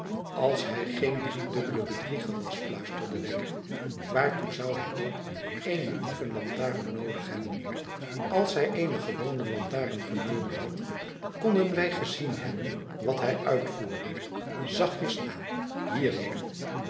als hij geen driedubbele bedrieger was fluisterde wegg waartoe zou hij dan eene dievenlantaren noodig hebben als hij eene gewone lantaren genomen had konden wij gezien hebben wat hij uitvoerde zachtjes aan hierheen